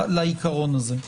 לעיקרון הזה.